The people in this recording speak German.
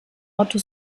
otto